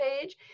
page